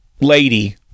lady